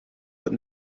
that